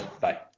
bye